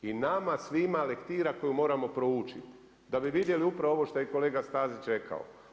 I nama svima lektira koju moramo proučiti, da bi vidjeli upravo ovo što je kolega Stazić rekao.